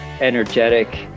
energetic